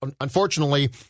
unfortunately